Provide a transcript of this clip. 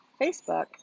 Facebook